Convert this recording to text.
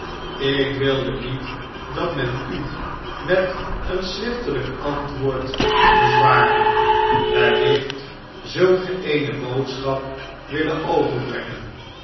ik wilde niet dat men u met een schriftelp antwoord bezwaarde wellicht zult ge eene boodschap willen overbrengen